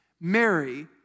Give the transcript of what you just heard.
Mary